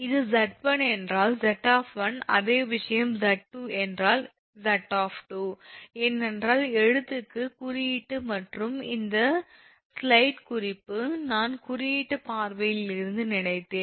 இது 𝑍1 என்றால் 𝑍 அதே விஷயம் 𝑍2 என்றால் 𝑍 ஏனென்றால் எழுத்துக்கு குறியீட்டு மற்றும் இந்த ஸ்லைட் குறிப்பு நான் குறியீட்டு பார்வையில் இருந்து நினைத்தேன்